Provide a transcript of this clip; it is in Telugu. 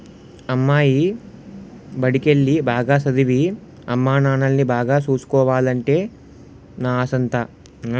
అమ్మాయి బడికెల్లి, బాగా సదవి, అమ్మానాన్నల్ని బాగా సూసుకోవాలనే నా ఆశంతా